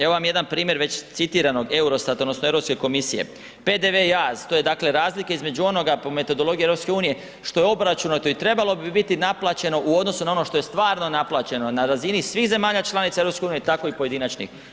Evo vam jedan primjer već citiranog EUROSTAT-a odnosno Europske komisije „PDV jaz, to je razlika između onoga po metodologiji EU što je obračunato i trebalo bi biti naplaćeno u odnosu na ono što je stvarno naplaćeno na razini svih zemalja članica EU tako i pojedinačnih“